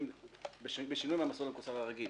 להמשיך בשינוי מהמסלול המקוצר הרגיל